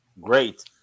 Great